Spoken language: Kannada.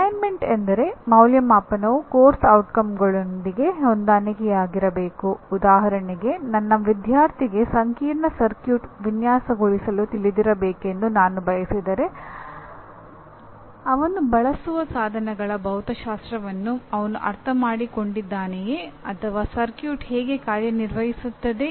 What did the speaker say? ಅಲೈನ್ಮೆಂಟ್ ಎಂದು ಕರೆಯುತ್ತೇವೆ